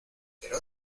pero